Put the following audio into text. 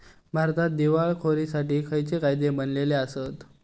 भारतात दिवाळखोरीसाठी खयचे कायदे बनलले आसत?